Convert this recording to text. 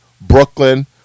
Brooklyn